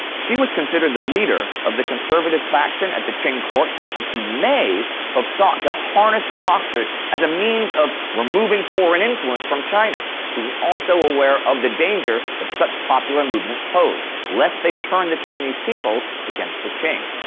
she was considered the leader of the conservative faction at the qing court, and she may have sought to harness the boxers as a means of removing foreign influence from china. she was also aware of the danger that such popular movements posed, lest they turn the chinese people against the qing.